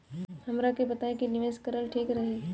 हमरा के बताई की निवेश करल ठीक रही?